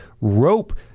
Rope